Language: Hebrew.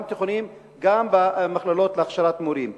גם בתיכוניים וגם במכללות להכשרת מורים.